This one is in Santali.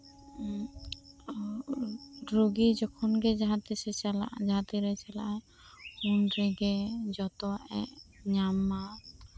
ᱨᱳᱜᱤ ᱡᱚᱠᱷᱚᱱ ᱜᱤ ᱡᱟᱦᱟᱸᱛᱤᱥ ᱪᱟᱞᱟᱜ ᱟ ᱡᱟᱦᱟᱸᱛᱤᱱ ᱨᱮᱭ ᱪᱟᱞᱟᱜ ᱟ ᱩᱱᱨᱮᱜᱤ ᱡᱚᱛᱚᱣᱟᱜ ᱮ ᱧᱟᱢ ᱢᱟ